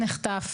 לא,